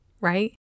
right